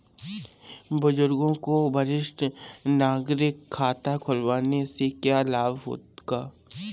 बुजुर्गों को वरिष्ठ नागरिक खाता खुलवाने से क्या लाभ होगा?